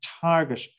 target